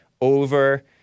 over